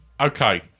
Okay